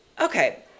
okay